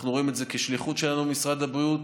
אנחנו רואים את זה כשליחות שלנו במשרד הבריאות.